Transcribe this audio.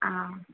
ആ